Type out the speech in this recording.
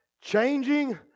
Changing